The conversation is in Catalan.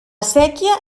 séquia